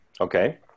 okay